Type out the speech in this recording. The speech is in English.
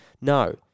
No